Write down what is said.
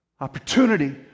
Opportunity